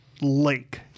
lake